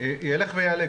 ילך ויעלה.